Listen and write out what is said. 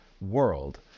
world